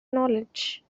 knowledge